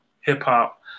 hip-hop